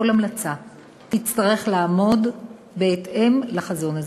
כל המלצה תצטרך לעמוד בהתאם לחזון הזה,